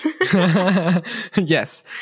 yes